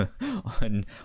on